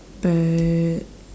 but